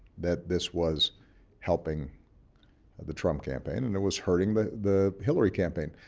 that this was helping the trump campaign and it was hurting the the hillary campaign.